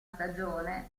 stagione